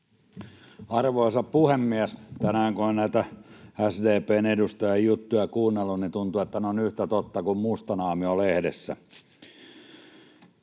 Arvoisa puhemies! Tänään kun on näitä SDP:n edustajien juttuja kuunnellut, tuntuu, että ne ovat yhtä totta kuin Mustanaamio-lehdessä.